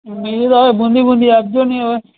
બીજું તો હવે બુંદી બુંદી આપજો ને હવે